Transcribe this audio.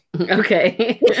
Okay